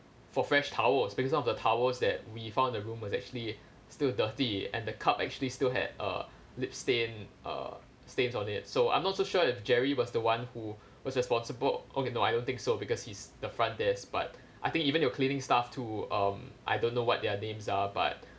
for fresh towels because some of the towels that we found in the room was actually still dirty and the cup actually still had uh lip stain uh stains on it so I'm not so sure if jerry was the one who was responsible okay no I don't think so because he's the front desk but I think even your cleaning staff too um I don't know what their names are but